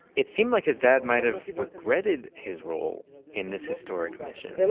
it seemed like his dad might have regretted his role in this historic mission.